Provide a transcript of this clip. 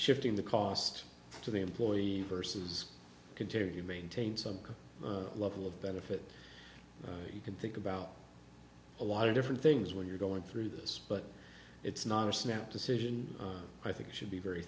shifting the cost to the employee versus continue to maintain some level of benefit you can think about a lot of different things when you're going through this but it's not a snap decision i think should be very